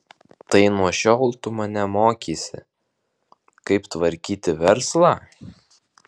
tai nuo šiol tu mane mokysi kaip tvarkyti verslą